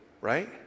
right